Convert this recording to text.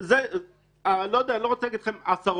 זה, אני לא יודע, אני לא רוצה להגיד לכם עשרות.